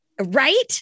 Right